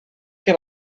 que